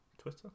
Twitter